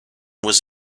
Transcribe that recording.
was